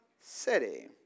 city